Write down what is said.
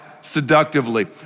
seductively